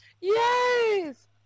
Yes